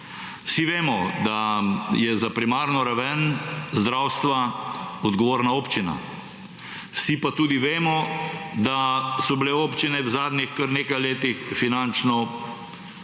Vsi vemo, da je za primarno raven zdravstva odgovorna občina, vsi pa tudi vemo, da so bile občine v zadnjih kar nekaj letih finančno